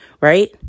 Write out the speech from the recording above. Right